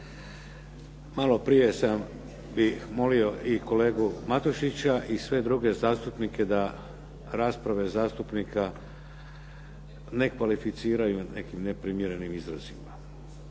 Maloprije sam molio i kolegu Matušića i sve druge zastupnike da rasprave zastupnika ne kvalificiraju neprimjernim izrazima,